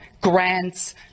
grants